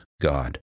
God